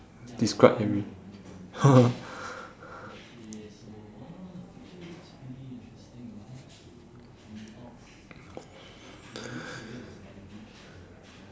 describe every~